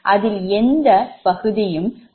அதில் எந்தப் பகுதியும் சுழல்வது கிடையாது